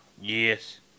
Yes